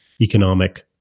economic